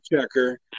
checker